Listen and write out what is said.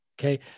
Okay